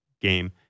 game